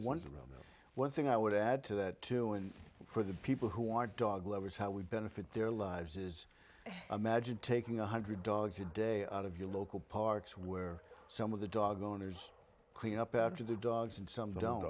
the one thing i would add to that too and for the people who are dog lovers how we benefit their lives is imagine taking one hundred dogs a day out of your local parks where some of the dog owners clean up after the dogs and some don't